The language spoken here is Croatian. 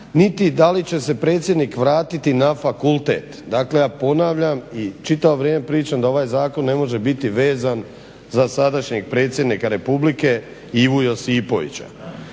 niti da li će se predsjednik vratiti na fakultet. Dakle, ja ponavljam i čitavo vrijeme pričam da ovaj zakon ne može biti vezan za sadašnje predsjednika Republike Ivu Josipovića.